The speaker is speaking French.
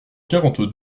quarante